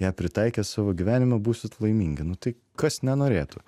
ją pritaikę savo gyvenime būsit laimingi nu tai kas nenorėtų